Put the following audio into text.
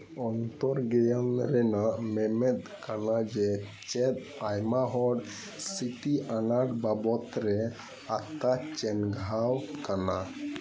ᱜᱮᱭᱟᱱ ᱨᱮᱱᱟᱜ ᱢᱮᱱᱮᱫ ᱠᱟᱱᱟ ᱡᱮ ᱪᱮᱫ ᱟᱭᱢᱟ ᱦᱚᱲ ᱥᱛᱤᱛᱤ ᱟᱱᱟᱴ ᱵᱟᱵᱚᱫ ᱨᱮ ᱟᱛᱛᱚᱼᱪᱮᱸᱜᱷᱟᱣ ᱠᱟᱱᱟ